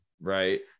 right